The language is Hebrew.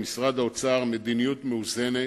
להנהיג במשרד האוצר מדיניות מאוזנת,